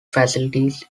facilities